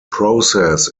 process